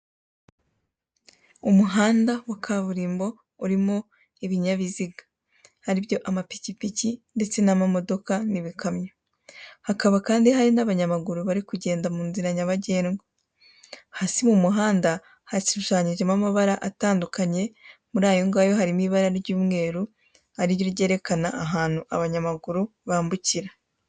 Umuhanda wa kaburimbo urimo ibinyabiziga, ari byo amapikipiki ndetse n'amamodoka n'ibikamyo, hakaba kandi hari n'abanyamaguru bari kugenda mu nzira nyabagendwa, hasi mu muhanda hashushanyijemo amabara atandukanye, muri ayo ngayo harimo ibara ry'umweru ari ryo ryerekana ahantu abanyamaguru bambukira.